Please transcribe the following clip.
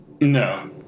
No